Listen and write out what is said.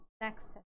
next